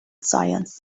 science